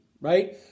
right